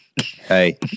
Hey